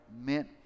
meant